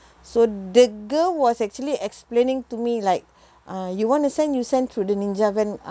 so the girl was actually explaining to me like uh you want to send you send through the ninja van